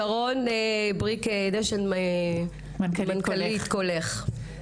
שרון בריק-דשן, מנכ"לית קולך, בבקשה.